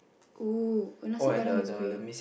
ooh got Nasi-Padang is great